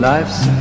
Life's